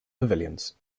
pavilions